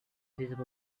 deserve